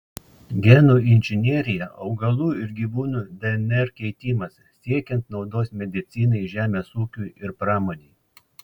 genų inžinerija augalų ir gyvūnų dnr keitimas siekiant naudos medicinai žemės ūkiui ir pramonei